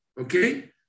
okay